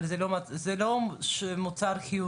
אבל זה לא מוצר חיוני.